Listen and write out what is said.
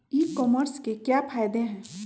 ई commerce के क्या फायदे हैं?